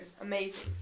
amazing